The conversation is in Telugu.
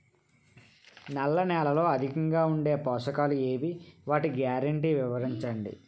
నల్ల నేలలో అధికంగా ఉండే పోషకాలు ఏవి? వాటి గ్యారంటీ వివరించండి?